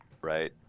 Right